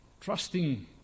trusting